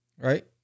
Right